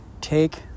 take